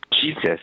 Jesus